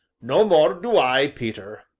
no more do i, peter.